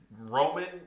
Roman